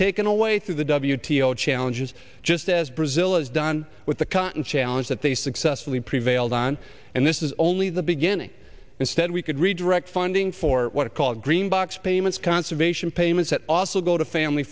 taken away through the w t o challenges just as brazil is done with the cotton challenge that they successfully prevailed on and this is only the beginning instead we could redirect funding for what are called green box payments conservation payments that also go to family